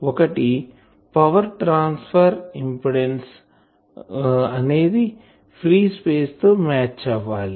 ఒకటి power transfer impedance అనేది free space తో మ్యాచ్ అవ్వాలి